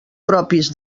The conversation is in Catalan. propis